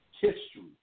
history